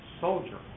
soldier